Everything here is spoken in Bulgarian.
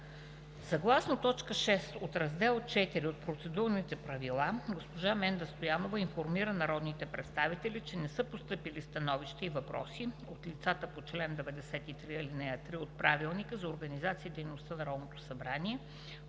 Съгласно т. 6 от Раздел IV от процедурните правила госпожа Менда Стоянова информира народните представители, че не са постъпили становища и въпроси от лицата по чл. 93, ал. 3 от Правилника за организацията и дейността на Народното събрание